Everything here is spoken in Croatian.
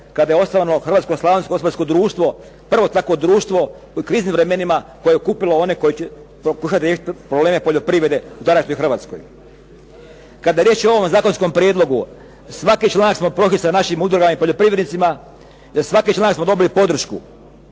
kada je osnovano Hrvatsko-slavonsko gospodarsko društvo, prvo takvo društvo u kriznim vremenima koje je okupilo one koji će pokušati riješiti probleme poljoprivrede u današnjoj Hrvatskoj. Kada je riječ o ovom zakonskom prijedlogu svaki članak smo prošli sa našim udrugama i poljoprivrednicima, za svaki članak smo dobili podršku